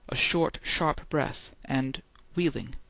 a short, sharp breath, and wheeling,